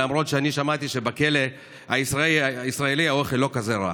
למרות ששמעתי שבכלא הישראלי האוכל לא כזה רע.